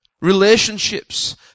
relationships